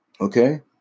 Okay